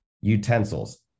utensils